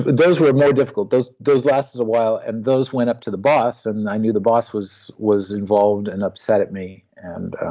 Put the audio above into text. those were more difficult, those those lasts a while, and those went up to the boss, and i knew the boss was was involved and upset at me, and